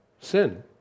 sin